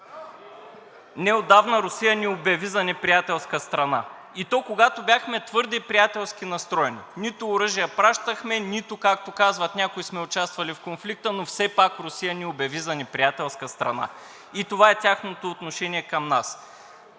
Неотдавна Русия ни обяви за неприятелска страна, и то когато бяхме твърде приятелски настроени – нито оръжие пращахме, нито, както казват някои – сме участвали в конфликта, но все пак Русия ни обяви за неприятелска страна и това е тяхното отношение към нас.